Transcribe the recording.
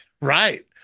right